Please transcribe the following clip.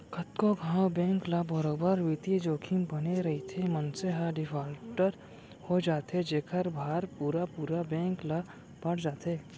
कतको घांव बेंक ल बरोबर बित्तीय जोखिम बने रइथे, मनसे ह डिफाल्टर हो जाथे जेखर भार पुरा पुरा बेंक ल पड़ जाथे